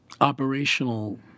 operational